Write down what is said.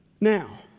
Now